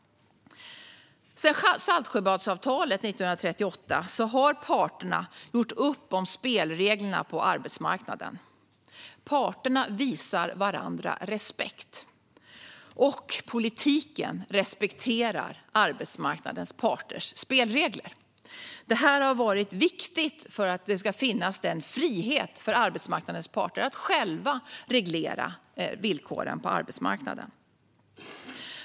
Sedan Saltsjöbadsavtalet 1938 har parterna gjort upp om spelreglerna på arbetsmarknaden. Parterna visar varandra respekt, och politiken respekterar arbetsmarknadens parters spelregler. Detta har varit viktigt för att det ska finnas frihet för arbetsmarknadens parter att själva reglera villkoren på arbetsmarknaden.